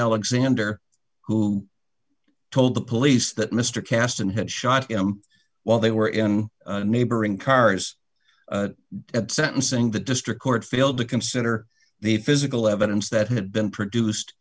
alexander who told the police that mr kasten had shot him while they were in neighboring cars at sentencing the district court failed to consider the physical evidence that had been produced